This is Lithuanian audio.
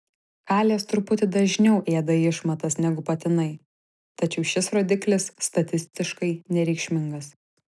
kalės truputį dažniau ėda išmatas negu patinai tačiau šis rodiklis statistiškai nereikšmingas